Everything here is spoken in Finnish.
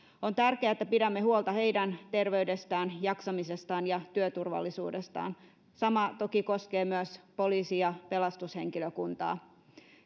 on tärkeää että pidämme huolta heidän terveydestään jaksamisestaan ja työturvallisuudestaan sama toki koskee myös poliisi ja pelastushenkilökuntaa